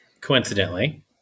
coincidentally